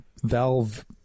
valve